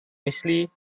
myslí